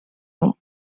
nom